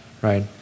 right